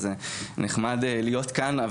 אז זה נחמד להיות כאן,